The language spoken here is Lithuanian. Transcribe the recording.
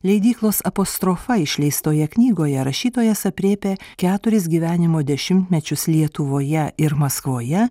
leidyklos apostrofa išleistoje knygoje rašytojas aprėpia keturis gyvenimo dešimtmečius lietuvoje ir maskvoje